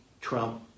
Trump